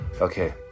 Okay